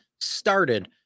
started